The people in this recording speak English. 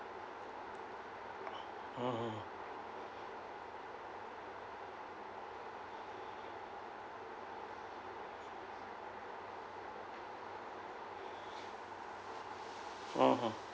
mm mm um uh